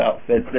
outfits